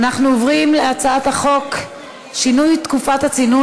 אנחנו עוברים להצעת חוק שינוי תקופת הצינון